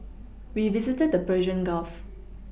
we visited the Persian Gulf